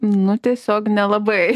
nu tiesiog nelabai